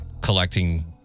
collecting